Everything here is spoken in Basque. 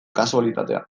kasualitatea